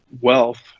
wealth